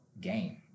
game